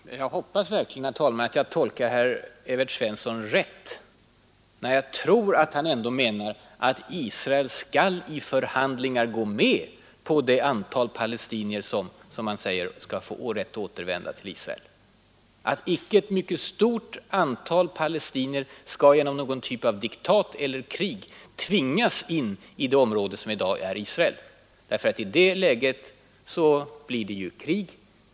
Herr talman! Jag hoppas verkligen att jag tolkar herr Evert Svensson rätt när jag tror att ban ändå menar att Israel i förhandlingar skall gå med på vilket antal palestinier som skall få rätt att ”återvända” till Israel. Det skall inte vara ett mycket stort antal palestinier som genom någon typ av diktat tvingas in i det område som i dag är Israel. Ty i det läget blir det ju krig.